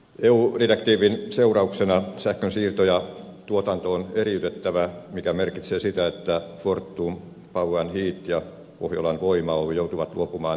eu direktiivin seurauksena sähkönsiirto ja tuotanto on eriytettävä mikä merkitsee sitä että fortum power and heat ja pohjolan voima oy joutuvat luopumaan omistuksistaan